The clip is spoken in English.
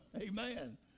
Amen